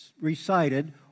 recited